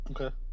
Okay